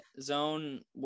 zone